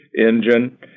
engine